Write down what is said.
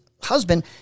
husband